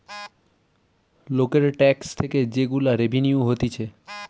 লোকের ট্যাক্স থেকে যে গুলা রেভিনিউ হতিছে